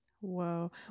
whoa